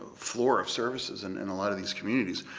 floor of services and in a lot of these communities.